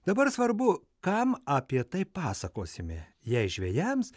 dabar svarbu kam apie tai pasakosime jei žvejams